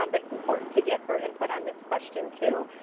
um but it's important to get her input on this question, too.